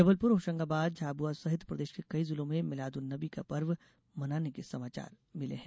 जबलपुर होशंगाबादझाबुआ सहित प्रदेश के कई जिलों में मिलाद उन नबी का पर्व मनाने के समाचार मिले हैं